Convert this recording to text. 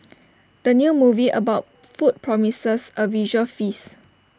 the new movie about food promises A visual feast